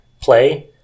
play